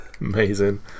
Amazing